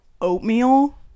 oatmeal